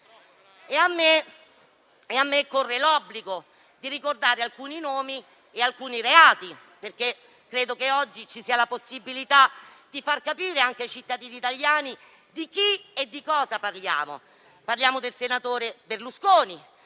Mi corre l'obbligo di ricordare alcuni nomi e reati, perché credo che oggi ci sia la possibilità di far capire anche ai cittadini italiani di chi e cosa parliamo. Parliamo dei senatori Berlusconi,